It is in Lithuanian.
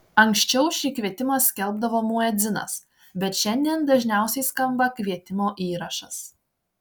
anksčiau šį kvietimą skelbdavo muedzinas bet šiandien dažniausiai skamba kvietimo įrašas